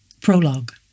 Prologue